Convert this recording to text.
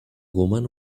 woman